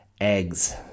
eggs